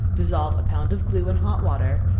dissolve a pound of glue in hot water,